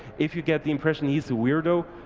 if you get the impression he's a weirdo,